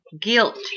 guilt